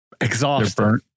exhausted